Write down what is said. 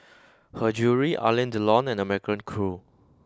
her Jewellery Alain Delon and American Crew